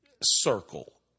circle